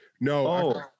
No